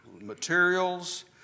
materials